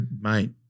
mate